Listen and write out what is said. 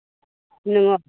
नोङो